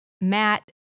Matt